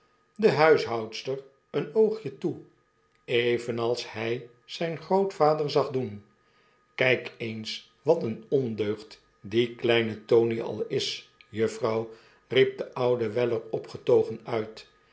de huishoudster een oogje toe evenals hij zijn grootvader zag doen kgk eens wat een ondeugd die kleine tony al is juffrouw riep de oude weller opgetogen uit